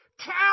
Tell